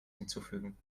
hinzufügen